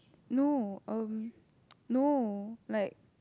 no um no like